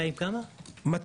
כל